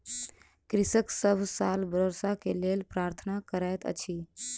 कृषक सभ साल वर्षा के लेल प्रार्थना करैत अछि